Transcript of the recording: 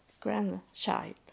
grandchild